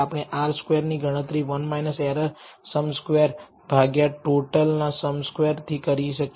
આપણે R square ની ગણતરી 1 એરરના સમ સ્ક્વેર ભાગ્યા ટોટલ ના સમ સ્ક્વેર થી કરી શકીએ